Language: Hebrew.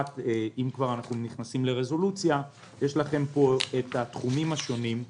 אם כבר אנחנו נכנסים לרזולוציה יש לכם פה התחומים השונים.